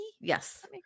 yes